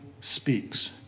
Speaks